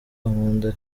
ankunda